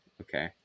okay